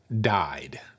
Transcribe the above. died